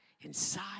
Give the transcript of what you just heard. inside